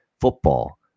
football